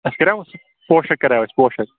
اَسہِ کریاو پوشک کریاو اَسہِ پوشک